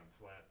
flat